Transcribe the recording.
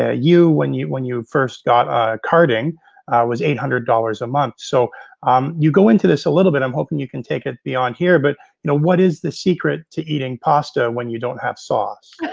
ah you, when you when you first got ah carding was eight hundred dollars a month, so um you go in to this a little bit. i'm hoping you can take it beyond here, but you know what is the secret to eating pasta when you don't have sauce?